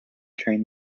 train